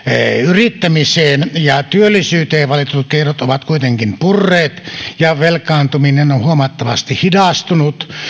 yrittämiseen ja työllisyyteen valitut keinot ovat kuitenkin purreet ja velkaantuminen on huomattavasti hidastunut